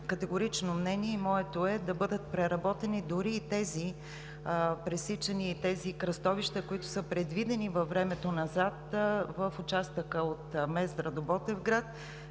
категорично мнение и моето е да бъдат преработени дори и тези пресичания и тези кръстовища, които са предвидени във времето назад в участъка от Мездра до Ботевград,